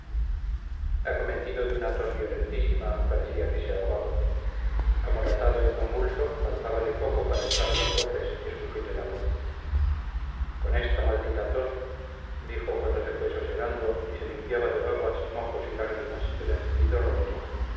acometido de una tos violentísima parecía que se ahogaba amoratado y convulso faltábale poco para echar los bofes y escupir el alma con esta maldita tos dijo cuando se fue sosegando y se limpiaba de babas mocos y lágrimas el encendido rostro